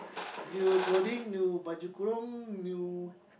new clothing new baju kurung new